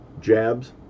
jabs